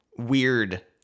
weird